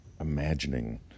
imagining